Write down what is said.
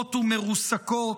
שבורות ומרוסקות,